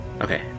Okay